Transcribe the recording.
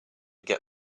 get